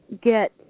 get